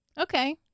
Okay